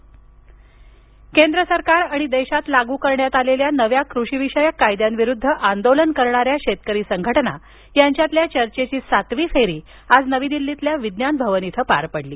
चर्चा केंद्र सरकार आणि देशात लागू करण्यात आलेल्या नव्या कृषिविषयक कायद्यांविरुद्ध आंदोलन करणाऱ्या शेतकरी संघटना यांच्यातील चर्चेची सातवी फेरी आज नवी दिल्लीतील विज्ञान भवन इथं पार पडली